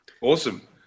awesome